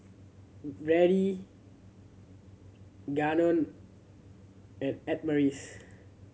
Brandyn Gannon and Adamaris